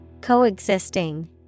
Coexisting